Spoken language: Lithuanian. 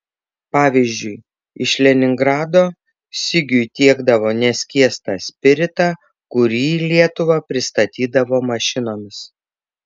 pavyzdžiui iš leningrado sigiui tiekdavo neskiestą spiritą kurį į lietuvą pristatydavo mašinomis